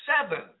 seven